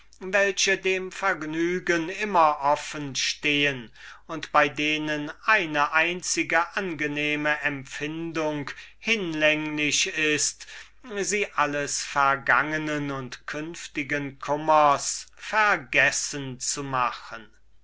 welche dem vergnügen immer offen stehen und bei denen eine einzige angenehme empfindung hinlänglich ist sie alles vergangnen und künftigen kummers vergessen zu machen